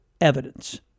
evidence